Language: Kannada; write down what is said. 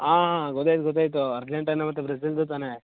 ಹಾಂ ಹಾಂ ಗೊತ್ತಾಯ್ತು ಗೊತ್ತಾಯಿತು ಅರ್ಜೆಂಟೈನ ಮತ್ತು ಬ್ರೆಜಿಲ್ದು ತಾನೆ